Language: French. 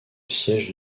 siège